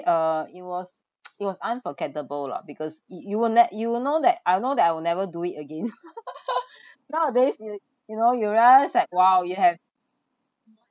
uh it was it was unforgettable lah because you you'll ne~ you will know that I know that I will never do it again nowadays you you know you realise that !wow! you have